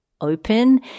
open